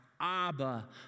Abba